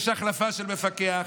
יש החלפה של מפקח.